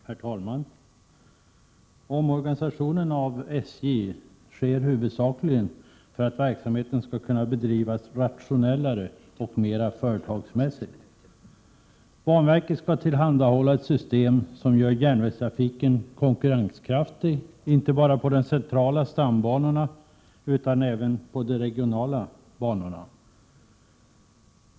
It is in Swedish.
Herr talman! Omorganisationen av SJ sker huvudsakligen för att verksam BOTT heten skall kunna bedrivas rationellare och mera företagsmässigt. Banverket skall tillhandahålla ett system som gör järnvägstrafiken konkurrenskraftig, inte bara på de centrala stambanorna utan även på de regionala banorna.